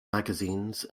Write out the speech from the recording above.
magazines